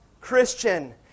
Christian